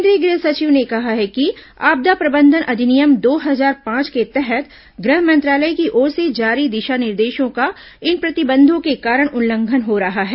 केंद्रीय गृह सचिव ने कहा कि आपदा प्रबंधन अधिनियम दो हजार पांच के तहत गृह मंत्रालय की ओर से जारी दिशा निर्देशों का इन प्रतिबंधों के कारण उल्लंघन हो रहा है